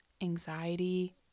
anxiety